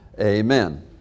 Amen